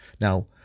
Now